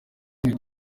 kimwe